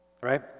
right